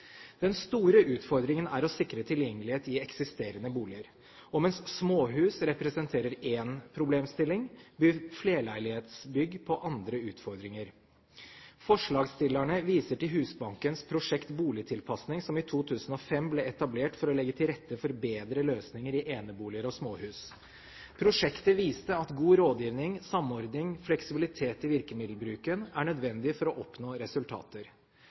Den store utfordringen er å sikre tilgjengelighet i eksisterende boliger. Og mens småhus representerer én problemstilling, byr flerleilighetsbygg på andre utfordringer. Forslagstillerne viser til Husbankens Prosjekt Boligtilpasning som i 2005 ble etablert for å legge til rette for bedre løsninger i eneboliger og småhus. Prosjektet viste at god rådgivning, samordning og fleksibilitet i virkemiddelbruken er nødvendig for å oppnå resultater.